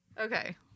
Okay